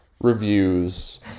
reviews